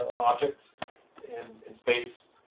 object in in space.